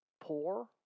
poor